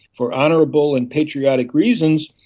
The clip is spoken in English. for honourable and patriotic reasons,